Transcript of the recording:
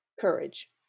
courage